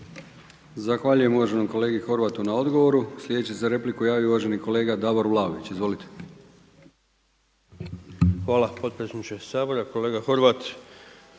Zahvaljujem uvaženom kolegi Horvatu na odgovoru. Sljedeći se za repliku javio uvaženi kolega Davor Vlaović. Izvolite.